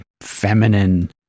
feminine